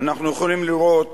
אנחנו יכולים לראות